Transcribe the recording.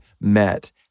met